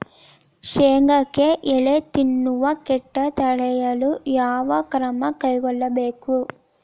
ಶೇಂಗಾಕ್ಕೆ ಎಲೆ ತಿನ್ನುವ ಕೇಟ ತಡೆಯಲು ಯಾವ ಕ್ರಮ ಕೈಗೊಳ್ಳಬೇಕು?